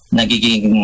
nagiging